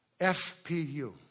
FPU